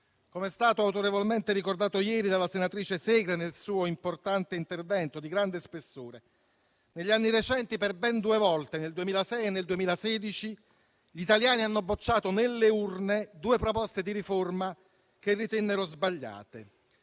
Com'è stato autorevolmente ricordato ieri dalla senatrice Segre nel suo importante intervento, di grande spessore, negli anni recenti, per ben due volte, nel 2006 e nel 2016, gli italiani hanno bocciato nelle urne due proposte di riforma che ritenevano sbagliate;